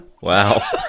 Wow